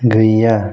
गैया